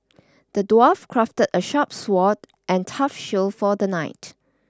the dwarf crafted a sharp sword and tough shield for the knight